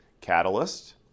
catalyst